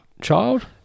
child